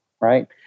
right